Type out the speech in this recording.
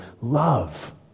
love